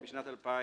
בשנת 2000